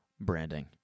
branding